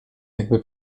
jakby